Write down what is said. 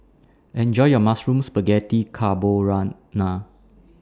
Enjoy your Mushroom Spaghetti Carborana